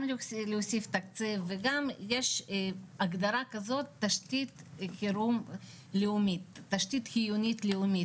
גם להוסיף תקציב וגם יש הגדרה כזאת "תשתית חיונית לאומית".